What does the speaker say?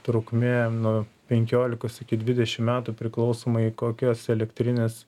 trukmė nu penkiolikos iki dvidešim metų priklausomai kokios elektrinės